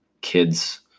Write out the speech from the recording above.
kids